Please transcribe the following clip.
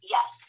Yes